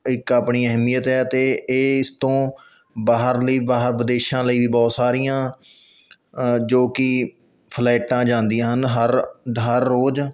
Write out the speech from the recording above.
ਇੱਕ ਆਪਣੀ ਅਹਿਮੀਅਤ ਹੈ ਅਤੇ ਇਹ ਇਸ ਤੋਂ ਬਾਹਰਲੀ ਬਾਹਰ ਵਿਦੇਸ਼ਾਂ ਲਈ ਵੀ ਬਹੁਤ ਸਾਰੀਆਂ ਜੋ ਕਿ ਫਲਾਈਟਾਂ ਜਾਂਦੀਆਂ ਹਨ ਹਰ ਹਰ ਰੋਜ਼